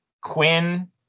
Quinn